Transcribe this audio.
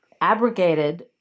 abrogated